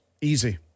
easy